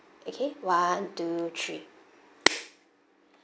okay one two three